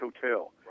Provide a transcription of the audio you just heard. Hotel